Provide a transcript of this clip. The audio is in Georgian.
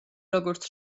როგორც